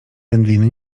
wędliny